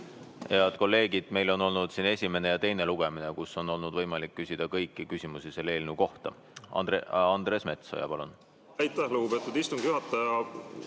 Head kolleegid, meil on olnud siin esimene ja teine lugemine, mille käigus on olnud võimalik küsida kõiki küsimusi selle eelnõu kohta. Andres Metsoja, palun! Aitäh, lugupeetud istungi juhataja!